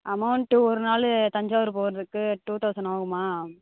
amount ஒரு நாள் தஞ்சாவூர் போகிறதுக்கு டூ தௌசண்ட் ஆகும்மா